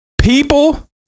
People